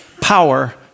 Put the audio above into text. power